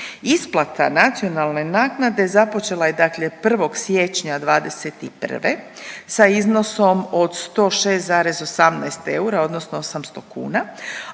Isplata nacionalne naknade započela je dakle 1. siječnja '21. sa iznosom od 106,18 eura odnosno 800 kuna,